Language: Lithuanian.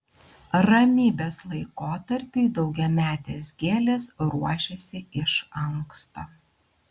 ramybės laikotarpiui daugiametės gėlės ruošiasi iš anksto